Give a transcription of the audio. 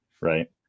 Right